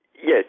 Yes